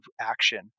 action